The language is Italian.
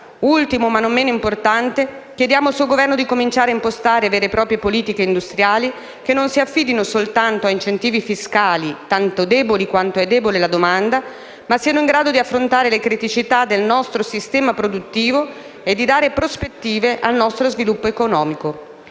ultimo, ma non per importanza, chiediamo al suo Governo di cominciare a impostare vere e proprie politiche industriali, che non si affidino soltanto a incentivi fiscali, tanto deboli quanto lo è la domanda, ma siano in grado di affrontare le criticità del nostro sistema produttivo e di dare prospettive al nostro sviluppo economico.